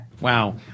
Wow